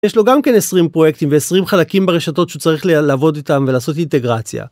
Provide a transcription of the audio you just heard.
יש לו גם כן 20 פרויקטים ו20 חלקים ברשתות שצריך לעבוד איתם ולעשות אינטגרציה.